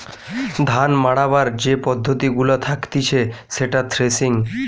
ধান মাড়াবার যে পদ্ধতি গুলা থাকতিছে সেটা থ্রেসিং